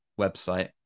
website